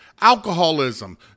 alcoholism